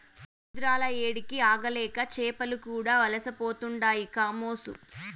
సముద్రాల ఏడికి ఆగలేక చేపలు కూడా వలసపోతుండాయి కామోసు